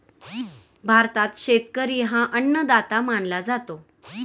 भारतात शेतकरी हा अन्नदाता मानला जातो